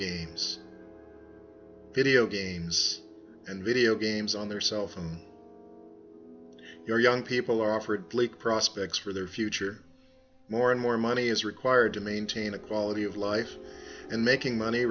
games video games and video games on their cell phone you know young people are offered bleak prospects for their future more and more money is required to maintain a quality of life and making money